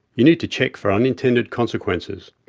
you need to check for unintended consequences.